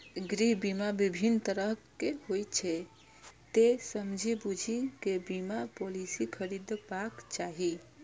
गृह बीमा विभिन्न तरहक होइ छै, तें समझि बूझि कें बीमा पॉलिसी खरीदबाक चाही